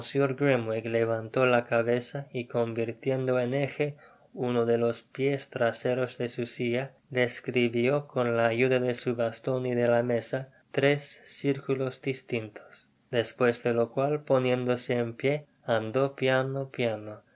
levantó la cabeza y couvirtiendo en eje uno de los piés traseros de su silla describió con la ayuda de su baston y de la mesa res circulos distintos despues de lo cual poniéndose en pié